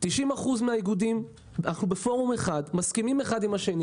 90% מהאיגודים בפורום אחד, מסכימים זה עם זה.